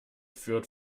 führt